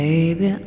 Baby